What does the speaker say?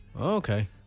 Okay